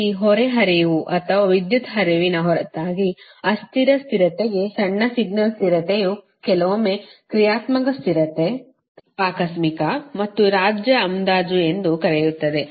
ಈ ಹೊರೆ ಹರಿವು ಅಥವಾ ವಿದ್ಯುತ್ ಹರಿವಿನ ಹೊರತಾಗಿ ಅಸ್ಥಿರ ಸ್ಥಿರತೆಗೆ ಸಣ್ಣ ಸಿಗ್ನಲ್ ಸ್ಥಿರತೆಯು ಕೆಲವೊಮ್ಮೆ ಕ್ರಿಯಾತ್ಮಕ ಸ್ಥಿರತೆ ಆಕಸ್ಮಿಕ ಮತ್ತು ರಾಜ್ಯ ಅಂದಾಜು ಎಂದು ಕರೆಯುತ್ತದೆ